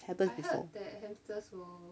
happened before